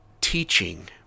teaching